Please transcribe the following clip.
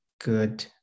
good